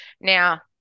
Now